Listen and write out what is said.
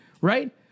Right